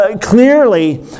clearly